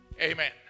Amen